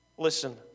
Listen